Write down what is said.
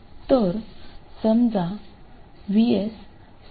तर समजा VS 6